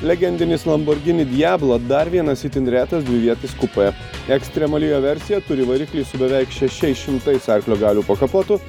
legendinis lamborghini diablo dar vienas itin retas dvivietis kupė ekstremali jo versija turi variklį su beveik šešiais šimtais arklio galių po kapotu